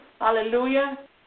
hallelujah